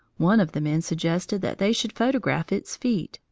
one of the men suggested that they should photograph its feet,